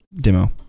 demo